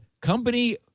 company